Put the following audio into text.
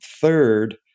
third